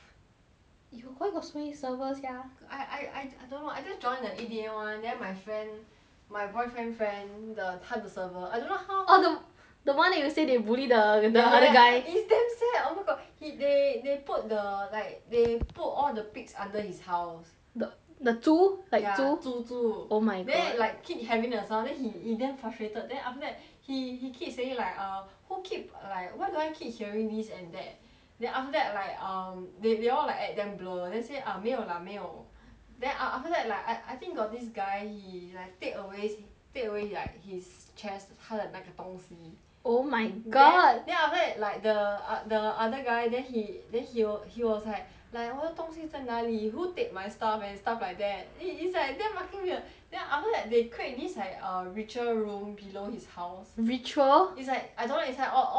you why got so many server sia I I I don't know I just join the A_D_M [one] then my friend my boyfriend friend the 他的 server I don't know how orh the the one that you say they bully the the other guy ya ya is damn sad oh my god he they they put the like they put all the pigs under his house the the 猪 ya like 猪猪猪 oh my god then like keep having the sound then he he damn frustrated then after that he he keep saying like uh who keep like why do I keep hearing this and that then after that like um they they all like act damn blur then say 没有啦没有 then a~ after that like I I think got this guy he like take away sa~ take away like his chest 他的那个东西 oh my god then then after that like the a~ the other guy then he then he he was like like 我的东西在哪里 who take my stuff and stuff like that it it's like damn fucking weird then after that they create this like a ritual room below his house ritual is like I don't know how to say it's like all creeper heads